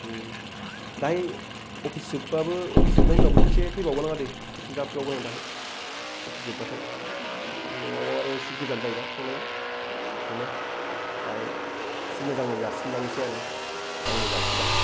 दायो अफिस जोबबाबो अफिस जोबनायनि उनावबो खेबसे फैबावगोन आं आदै खेबसे जाफै बावगोन आं दाहाय अफिस जोबबाथाय न'आव आरो इसे गोजान जायोना थांनायाव बेनिखायनो दा इसे मोजांयै जासिनलांसै आरो गांनै जानोसै दाहाय